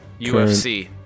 UFC